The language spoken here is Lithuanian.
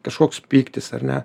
kažkoks pyktis ar ne